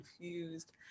confused